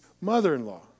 mother-in-law